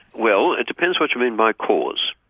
well it depends what you mean by cause.